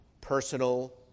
personal